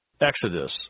Exodus